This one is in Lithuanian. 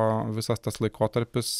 o visas tas laikotarpis